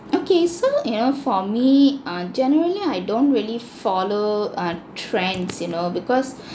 okay so you know for me err generally I don't really follow err trends you know because